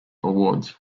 awards